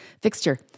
Fixture